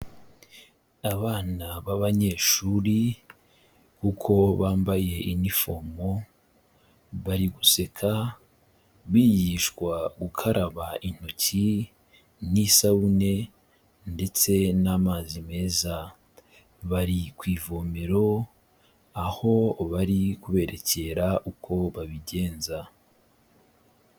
Abana b'abanyeshuri uko bambaye inifomo, bari guseka bigishwa gukaraba intoki n'isabune ndetse n'amazi meza, bari ku ivomero aho bari kuberekera uko babigenza.